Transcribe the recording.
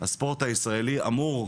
הספורט הישראלי אמור,